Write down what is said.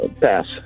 Pass